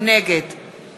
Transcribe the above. נגד